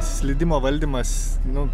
slydimo valdymas nu